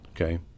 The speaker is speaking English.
Okay